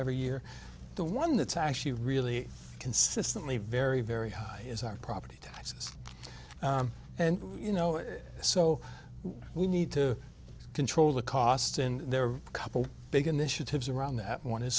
every year the one that's actually really consistently very very high is our property taxes and you know so we need to control the cost and there are a couple big initiatives around that one